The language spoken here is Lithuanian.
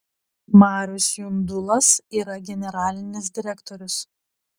marius jundulas yra generalinis direktorius